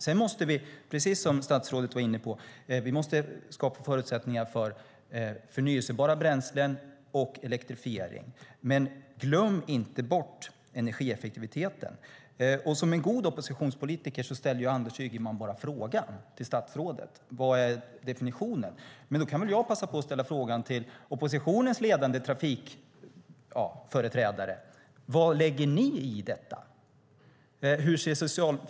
Sedan måste vi, precis som statsrådet var inne på, skapa förutsättningar för förnybara bränslen och för elektrifiering. Men glöm inte bort energieffektiviteten! Som en god oppositionspolitiker ställde Anders Ygeman bara frågan till statsrådet: Vad är definitionen? Då kan jag passa på att ställa frågan till oppositionens ledande trafikföreträdare: Vad lägger ni i detta?